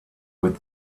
with